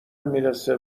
میرسه